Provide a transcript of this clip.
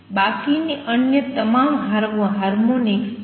બાકી ની અન્ય તમામ હાર્મોનિક્સ છે